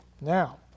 now